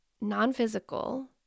non-physical